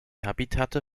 habitate